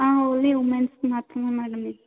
only ఉమెన్స్కి మాత్రమే madam ఇది